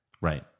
Right